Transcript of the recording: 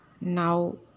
now